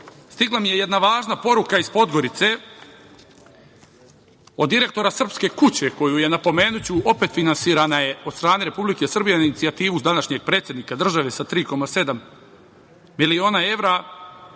stigla mi je jedna važna poruka iz Podgorice od direktora Srpske kuće, koja je, napomenuću opet, finansirana od strane Republike Srbije na inicijativu današnjeg predsednika države sa 3,7 miliona evra